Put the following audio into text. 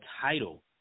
title